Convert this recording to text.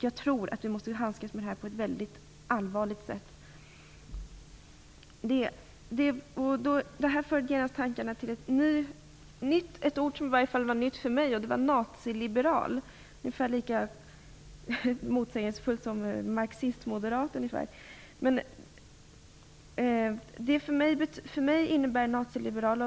Jag tror att vi måste handskas mycket allvarligt med detta. "Naziliberal" är ett för mig nytt ord i detta sammanhang, ungefär lika motsägelsefullt som "marxistmoderat". För mig och antagligen också för andra står uttrycket "naziliberal"